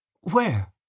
Where